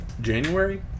January